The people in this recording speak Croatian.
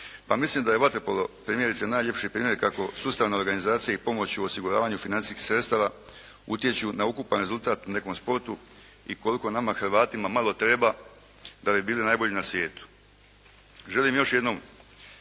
mislim da je vaterpolo primjerice najljepši primjer kako sustavna organizacija i pomoć u osiguravanju financijskih sredstava utječu na ukupan rezultat u nekom sportu i koliko nama Hrvatima malo treba da bi bili najbolji na svijetu. Želim još jednom